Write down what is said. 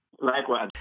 Likewise